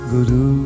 Guru